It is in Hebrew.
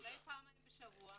אולי פעמיים בשבוע,